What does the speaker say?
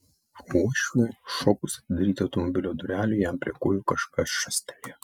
uošviui šokus atidaryti automobilio durelių jam prie kojų kažkas šastelėjo